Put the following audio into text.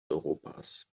europas